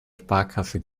sparkasse